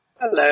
Hello